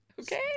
okay